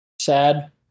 Sad